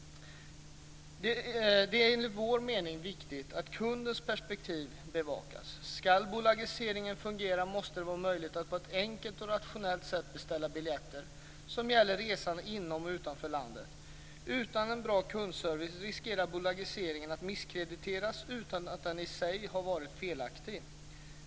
Det är enligt vår mening viktigt att kundens perspektiv bevakas. Om bolagiseringen ska fungera måste det vara möjligt att på ett enkelt och rationellt sätt beställa biljetter som gäller resande inom och utanför landet. Utan en bra kundservice riskerar bolagiseringen att misskrediteras utan att den i sig har varit felaktig.